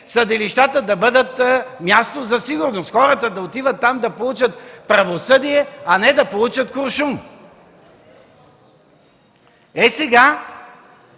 съдилищата да бъдат място за сигурност, хората да отиват там да получат правосъдие, а не куршуми. Сега,